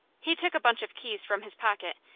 he took a bunch of keys from his pocket,